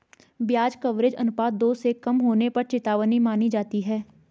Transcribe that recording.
ब्याज कवरेज अनुपात दो से कम होने पर चेतावनी मानी जाती है